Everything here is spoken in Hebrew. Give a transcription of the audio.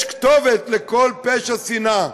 יש כתובת לכל פשע שנאה,